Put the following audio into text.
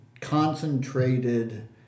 concentrated